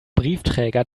briefträger